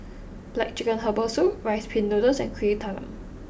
Black Chicken Herbal Soup Rice Pin Noodles and Kuih Talam